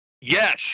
Yes